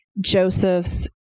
Joseph's